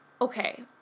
Okay